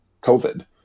COVID